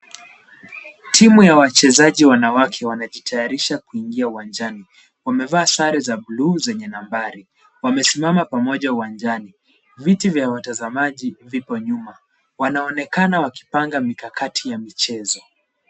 Timu ya wachezaji wanawake wanajitayarisha kuingia uwanjani. Wamevaa sare za buluu zenye nambari. Wamesimama pamoja uwanjani. Viti vya watazamaji viko nyuma. Wanaonekana wakipanga mikakati ya michezo.